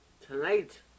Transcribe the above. Tonight